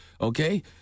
okay